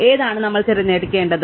ഏതാണ് നമ്മൾ തിരഞ്ഞെടുക്കേണ്ടത്